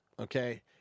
Okay